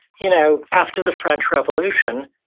you know after the french revolution,